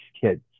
kids